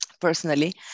personally